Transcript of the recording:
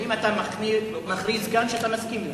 האם אתה מכריז כאן שאתה מסכים לה?